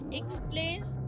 explains